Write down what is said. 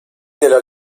della